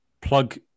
plug